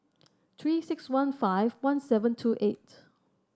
Three six one five one seven two eight